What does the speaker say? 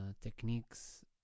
techniques